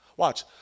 Watch